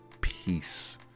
peace